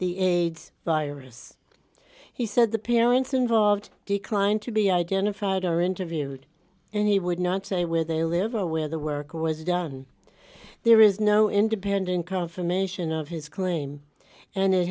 the aids virus he said the parents involved declined to be identified or interviewed and he would not say where they live or where the work was done there is no independent confirmation of his claim and it